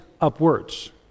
upwards